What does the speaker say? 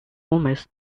almost